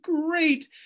great